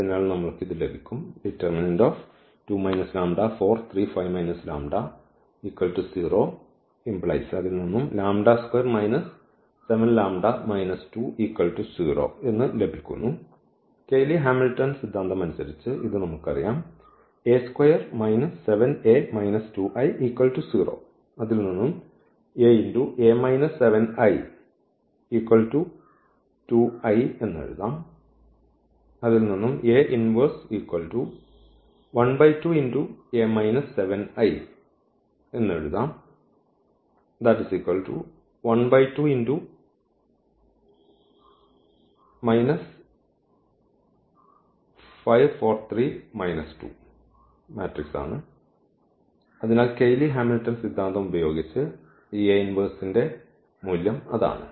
അതിനാൽ നമ്മൾക്ക് ഇത് ലഭിക്കും കെയ്ലി ഹാമിൽട്ടൺ സിദ്ധാന്തം അനുസരിച്ച് ഇത് നമുക്കറിയാം അതിനാൽ കെയ്ലി ഹാമിൽട്ടൺ സിദ്ധാന്തം ഉപയോഗിച്ച് ഈ ന്റെ മൂല്യം അതാണ്